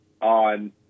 on